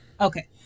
Okay